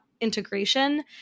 integration